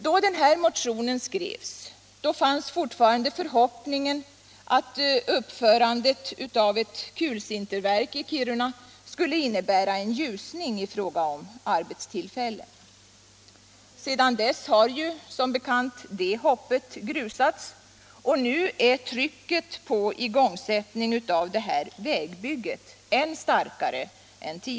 Då motionen skrevs fanns fortfarande förhoppningen att uppförandet av ett kulsinterverk i Kiruna skulle innebära en ljusning i fråga om arbetstillfällen. Sedan dess har som bekant det hoppet grusats, och nu är trycket på igångsättning av vägbygget än starkare.